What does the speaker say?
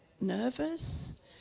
nervous